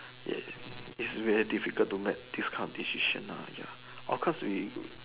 yes it's very difficult to make this kind of decision lah ya of course we